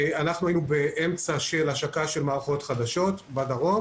היינו באמצע השקת מערכות חדשות בדרום